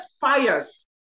fires